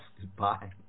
goodbye